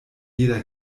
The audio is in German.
jeder